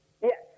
Yes